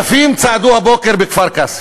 אלפים צעדו הבוקר בכפר-קאסם,